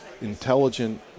intelligent